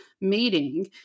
meeting